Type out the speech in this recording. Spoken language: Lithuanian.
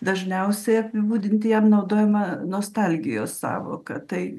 dažniausiai apibūdinti jam naudojama nostalgijos sąvoka tai